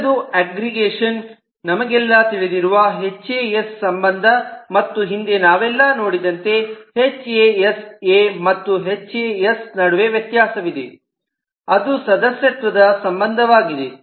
ಮುಂದಿನದು ಅಗ್ರಿಗೇಷನ್ ನಮಗೆಲ್ಲ ತಿಳಿದಿರುವ ಹೆಚ್ಎಎಸ್ ಎ HAS A ಸಂಬಂಧ ಮತ್ತು ಹಿಂದೆ ನಾವೆಲ್ಲ ನೋಡಿದಂತೆ ಹೆಚ್ಎಎಸ್ ಎ HAS A ಮತ್ತು ಹೆಚ್ಎಎಸ್ ನಡುವೆ ವ್ಯತ್ಯಾಸವಿದೆ ಅದು ಸದಸ್ಯತ್ವದ ಸಂಬಂಧವಾಗಿದೆ